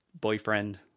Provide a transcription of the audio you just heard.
boyfriend